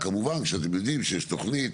כמובן שאתם יודעים שיש תוכנית